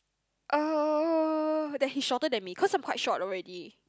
uh that he's shorter than me cause I'm quite short already